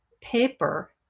paper